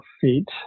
feet